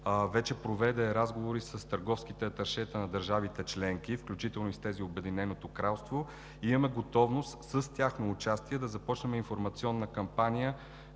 вече проведе разговори с търговските аташета на държавите членки, включително и с тези в Обединеното кралство, и имаме готовност с тяхно участие да започнем информационна кампания,